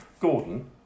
Gordon